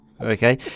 okay